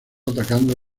atacando